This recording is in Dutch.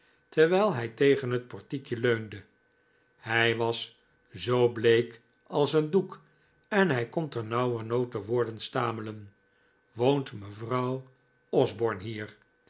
terwijl hij tegen het portiekje leunde hij was zoo bleek als een doek en hij kon ternauwernood de woorden stamelen woont mevrouw osborne hier